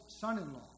son-in-law